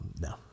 no